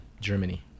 Germany